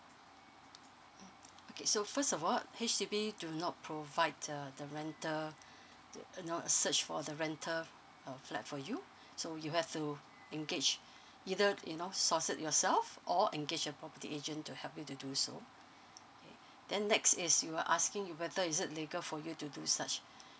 mm okay so first of all H_D_B do not provide err the rental th~ not search for the rental uh flat for you so you have to engage either you know source it yourself or engage a property agent to help you to do so okay then next is you are asking whether is it legal for you to do such